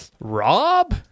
Rob